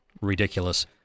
ridiculous